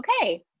okay